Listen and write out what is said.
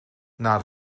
naar